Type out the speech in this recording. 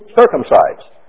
circumcised